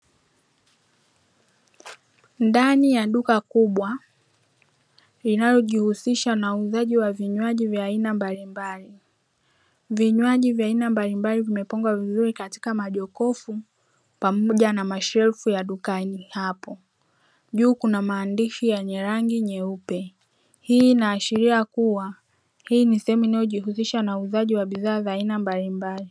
Ndani ya duka kubwa linalojihusisha na uuzaji wa vinywaji vya aina mbalimbali, vinywaji vya aina mbalimbali vimepangwa vizuri katika majokofu pamoja na mashelfu ya dukani hapo juu kuna maandishi yenye rangi nyeupe, hii inaashiria hii ni sehemu inayojihusisha na uuzaji wa bidhaa za aina mbalimbali.